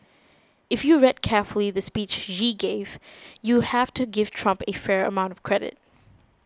if you read carefully the speech Yi gave you have to give Trump a fair amount of credit